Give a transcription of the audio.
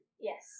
Yes